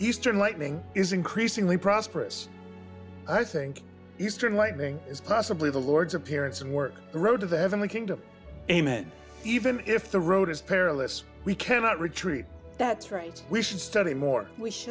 eastern lightning is increasingly prosperous i think eastern lightning is possibly the lord's appearance and work the road to the heavenly kingdom amen even if the road is perilous we cannot retreat that's right we should study more w